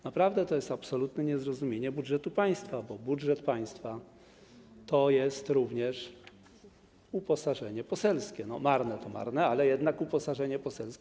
Naprawdę to jest absolutne niezrozumienie budżetu państwa, bo budżet państwa to jest również uposażenie poselskie, marne, bo marne, ale jednak uposażenie poselskie.